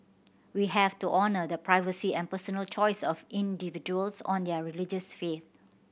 we have to honour the privacy and personal choice of individuals on their religious faith